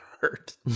hurt